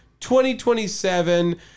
2027